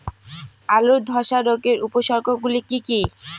আলুর ধ্বসা রোগের উপসর্গগুলি কি কি?